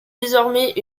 désormais